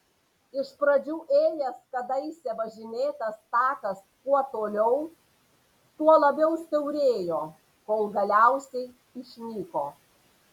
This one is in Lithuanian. iš pradžių ėjęs kadaise važinėtas takas kuo toliau tuo labiau siaurėjo kol galiausiai išnyko